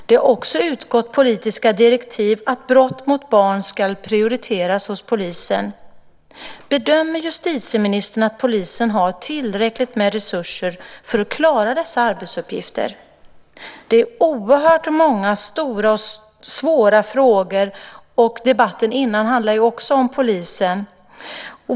Det har också utgått politiska direktiv om att brott mot barn ska prioriteras hos polisen. Bedömer justitieministern att polisen har tillräckligt med resurser för att klara dessa arbetsuppgifter? Det gäller oerhört många stora och svåra frågor. Debatten innan handlade också om polisen.